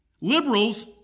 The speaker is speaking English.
Liberals